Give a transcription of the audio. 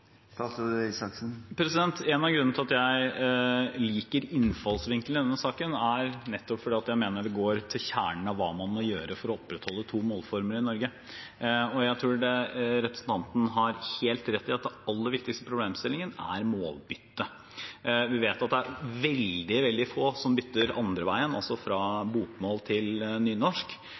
av grunnene til at jeg liker innfallsvinkelen i denne saken, er nettopp at jeg mener det går til kjernen av hva man må gjøre for å opprettholde to målformer i Norge. Jeg tror representanten har helt rett i at den aller viktigste problemstillingen er målbytte. Vi vet at det er veldig få som bytter andre veien, altså fra bokmål til nynorsk.